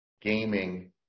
gaming